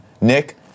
Nick